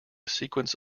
sequence